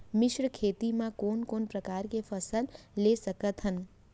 मिश्र खेती मा कोन कोन प्रकार के फसल ले सकत हन?